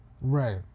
Right